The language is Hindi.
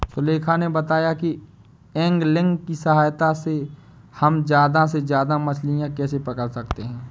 सुलेखा ने बताया कि ऐंगलिंग की सहायता से हम ज्यादा से ज्यादा मछलियाँ कैसे पकड़ सकते हैं